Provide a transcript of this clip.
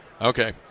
Okay